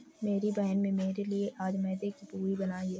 मेरी बहन में मेरे लिए आज मैदे की पूरी बनाई है